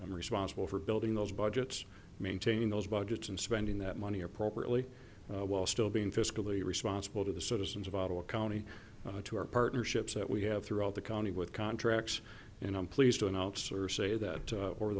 i'm responsible for building those budgets maintaining those budgets and spending that money appropriately while still being fiscally responsible to the citizens of ottawa county to our partnerships that we have throughout the county with contracts and i'm pleased to announce or say that